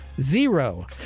Zero